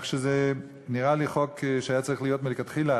זה נראה לי חוק שהיה צריך להיות מלכתחילה,